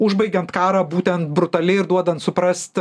užbaigiant karą būtent brutaliai ir duodant suprast